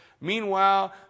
Meanwhile